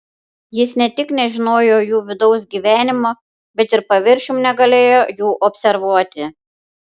jis ne tik nežinojo jų vidaus gyvenimo bet ir paviršium negalėjo jų observuoti